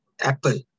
apple